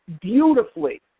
beautifully